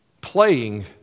playing